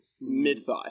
mid-thigh